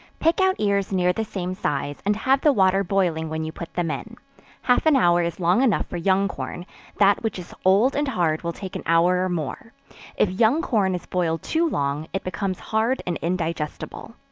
pick out ears near the same size, and have the water boiling when you put them in half an hour is long enough for young corn that which is old and hard will take an hour or more if young corn is boiled too long, it becomes hard and indigestible.